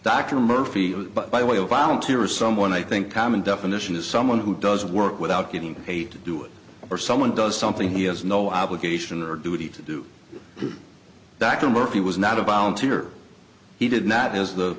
dr murphy but by way of volunteer or someone i think common definition is someone who does work without getting paid to do it or someone does something he has no obligation or duty to do dr murphy was not a volunteer he did not as the